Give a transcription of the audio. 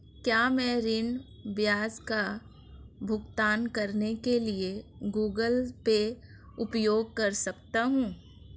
क्या मैं ऋण ब्याज का भुगतान करने के लिए गूगल पे उपयोग कर सकता हूं?